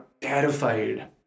terrified